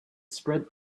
spread